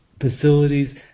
facilities